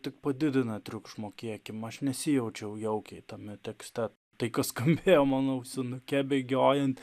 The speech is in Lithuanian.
tik padidina triukšmo kiekį aš nesijaučiau jaukiai tame tekste tai kas skambėjo mano ausinuke bėgiojant